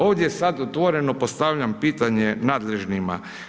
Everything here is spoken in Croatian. Ovdje ja sad otvoreno postavljam pitanje nadležnima.